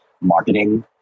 marketing